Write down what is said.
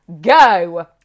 Go